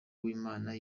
uwimana